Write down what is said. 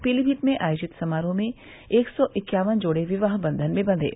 पीलीभीत में आयोजित समारोह में एक सौ इक्यावन जोड़े विवाह बंधन में बंघे